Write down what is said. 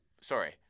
sorry